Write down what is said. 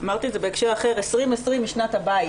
אמרתי את זה בהקשר אחר 2020 היא שנת הבית